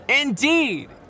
Indeed